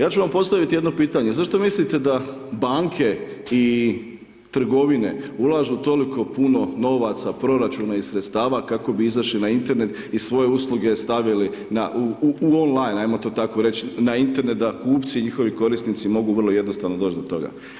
Ja ću vam postaviti jedno pitanje, zašto mislite da banke i trgovine ulažu toliko novaca, proračuna i sredstava kako bi izašli na Internet i svoje usluge stavili u online, ajmo to tako reći, na Internet da kupci i njihovi korisnici mogu vrlo jednostavno doći do toga?